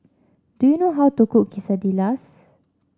do you know how to cook Quesadillas